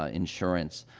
ah insurance.